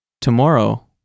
Tomorrow